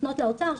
לפנות לאוצר,